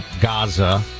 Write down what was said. Gaza